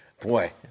Boy